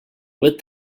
with